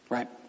Right